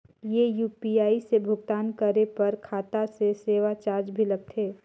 ये यू.पी.आई से भुगतान करे पर खाता से सेवा चार्ज भी लगथे?